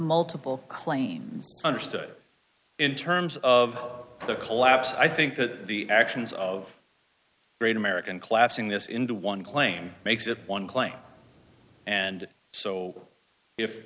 multiple claims understood in terms of the collapse i think that the actions of the great american collapsing this into one claim makes it one claim and so if